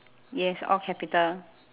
yes all capital